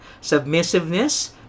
Submissiveness